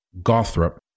Gothrop